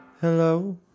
Hello